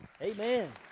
Amen